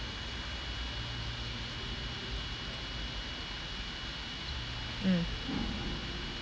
mm